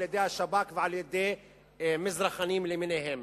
על-ידי השב"כ ועל-ידי מזרחנים למיניהם.